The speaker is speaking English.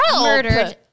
murdered